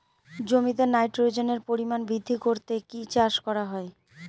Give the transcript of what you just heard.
জমিতে নাইট্রোজেনের পরিমাণ বৃদ্ধি করতে কি চাষ করা হয়?